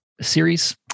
series